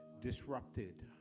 disrupted